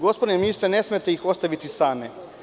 Gospodine ministre, ne smete ih ostaviti same.